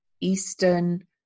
Eastern